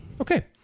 Okay